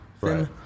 Right